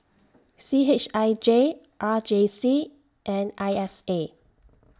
C H I J R J C and I S A